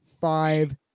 five